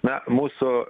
na mūsų